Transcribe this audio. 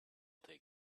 take